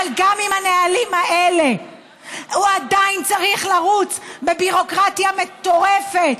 אבל גם עם הנהלים האלה הוא עדיין צריך לרוץ בביורוקרטיה מטורפת.